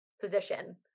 position